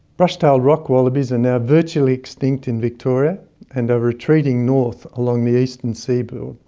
brush-tailed rock wallabies are now virtually extinct in victoria and are retreating north along the eastern seaboard.